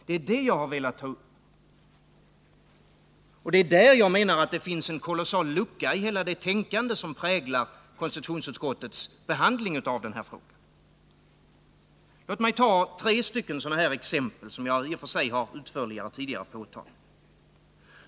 Det är det jag har velat ta upp och det är där jag menar att det finns en kolossal lucka i hela det tänkande som präglar konstitutionsutskottets behandling av den här frågan. Låt mig ta tre exempel, som jag i och för sig har utvecklat mer tidigare.